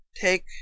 Take